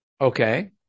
Okay